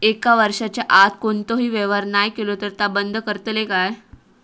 एक वर्षाच्या आत कोणतोही व्यवहार नाय केलो तर ता बंद करतले काय?